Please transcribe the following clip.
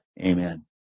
Amen